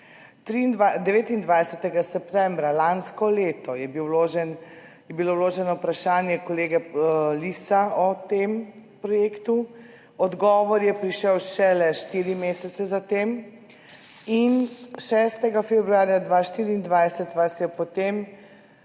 29. septembra lansko leto je bilo vloženo vprašanje kolege Lisca o tem projektu, odgovor je prišel šele štiri mesece za tem. 6. februarja 2024 vas je po tem